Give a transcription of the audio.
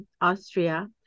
Austria